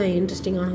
interesting